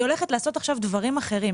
היא הולכת לעשות עכשיו דברים אחרים.